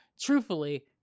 Truthfully